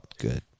good